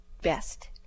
best